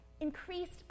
increased